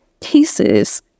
cases